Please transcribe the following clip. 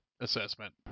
assessment